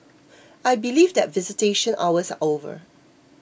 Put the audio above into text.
I believe that visitation hours are over